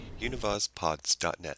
UnivazPods.net